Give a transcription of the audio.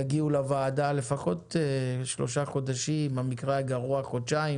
יגיעו לוועדה לפחות שלושה חודשים במקרה הגרוע חודשיים